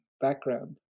background